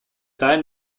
dahin